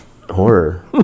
horror